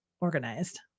Organized